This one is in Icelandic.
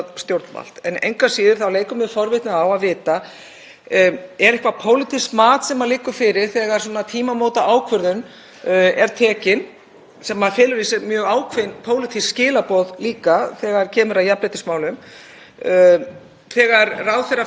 sem felur í sér mjög ákveðin pólitísk skilaboð, líka þegar kemur að jafnréttismálum? Þegar ráðherra fór með mál fyrir dómstóla, var málið til að mynda rætt í ríkisstjórn? Og síðan líka: Hvaða mat átti sér stað þegar búið var að fara með málið fyrir héraðsdóm? Þar